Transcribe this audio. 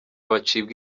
bacibwa